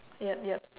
yup yup